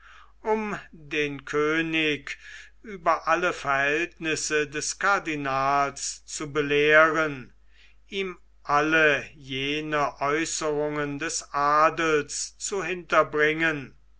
um den könig über alle verhältnisse des cardinals zu belehren ihm alle jene aeußerungen des adels zu